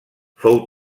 fou